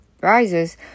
rises